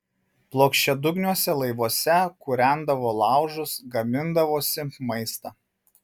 plokščiadugniuose laivuose kūrendavo laužus gamindavosi maistą